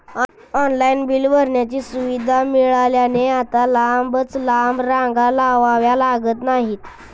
online bill भरण्याची सुविधा मिळाल्याने आता लांबच लांब रांगा लावाव्या लागत नाहीत